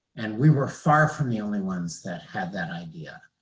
and we were far from the only ones that had that idea.